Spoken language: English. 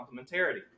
complementarity